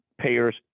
payers